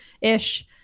ish